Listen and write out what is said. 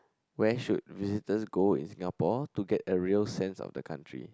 where should visitor go in Singapore to get a real sense of the country